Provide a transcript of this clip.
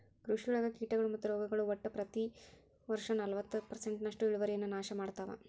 ಕೃಷಿಯೊಳಗ ಕೇಟಗಳು ಮತ್ತು ರೋಗಗಳು ಒಟ್ಟ ಪ್ರತಿ ವರ್ಷನಲವತ್ತು ಪರ್ಸೆಂಟ್ನಷ್ಟು ಇಳುವರಿಯನ್ನ ನಾಶ ಮಾಡ್ತಾವ